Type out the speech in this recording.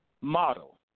model